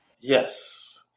yes